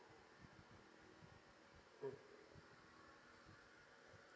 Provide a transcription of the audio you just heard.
mm